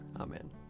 Amen